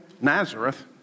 Nazareth